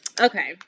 Okay